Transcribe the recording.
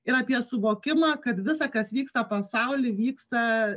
ir apie suvokimą kad visa kas vyksta pasauly vyksta